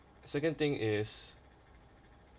second thing is